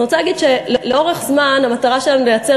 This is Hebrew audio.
אני רוצה להגיד שלאורך זמן המטרה שלנו לייצר